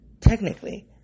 technically